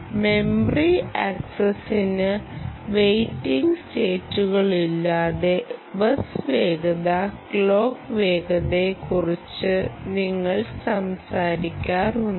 memory ആക്സസിന് waiting സ്റ്റേറ്റുകളില്ലാതെ bus വേഗത ക്ലോക്ക് വേഗത എന്നിവയെക്കുറിച്ച് നിങ്ങൾ സംസാരിക്കാറുണ്ടോ